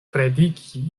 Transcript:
kredigi